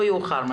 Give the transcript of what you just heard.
לא יאוחר.